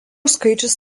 skaičius